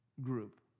group